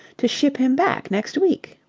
to ship him back next week.